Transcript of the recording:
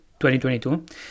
2022